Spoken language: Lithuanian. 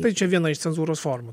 tai čia viena iš cenzūros formų